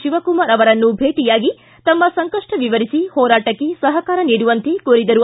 ಶವಕುಮಾರ ಅವರನ್ನು ಭೇಟಯಾಗಿ ತಮ್ಮ ಸಂಕಪ್ಪ ವಿವರಿಸಿ ಹೋರಾಟಕ್ಕೆ ಸಹಕಾರ ನೀಡುವಂತೆ ಕೋರಿದರು